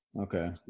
okay